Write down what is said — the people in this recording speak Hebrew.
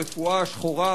הרפואה השחורה,